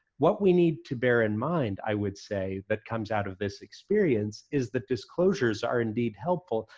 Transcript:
what we need to bear in mind, i would say, that comes out of this experience is the disclosures are indeed helpful,